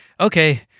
okay